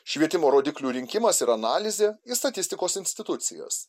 švietimo rodiklių rinkimas ir analizė į statistikos institucijas